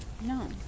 No